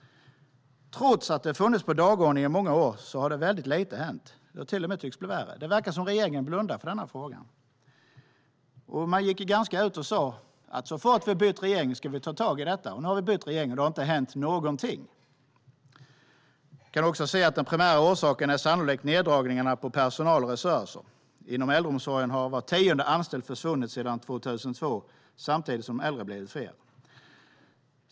Trots att det har funnits på dagordningen i många år har väldigt lite hänt. Det tycks till och med bli värre. Det verkar som att regeringen blundar för denna fråga. Man gick ut och sa att så fort det blev regeringsbyte skulle man ta tag i detta. Nu har vi bytt regering, och det har inte hänt någonting. Den primära orsaken är sannolikt neddragningarna på personal och resurser. Inom äldreomsorgen har var tionde anställd försvunnit sedan 2002, samtidigt som de äldre blivit fler.